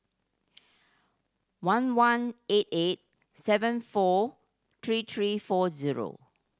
one one eight eight seven four three three four zero